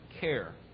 care